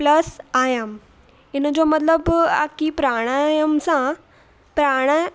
plus आयम इन जो मतिलबु आहे की प्राणायाम सां प्राण